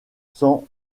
sans